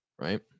right